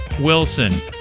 Wilson